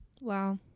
Wow